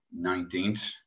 19th